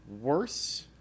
worse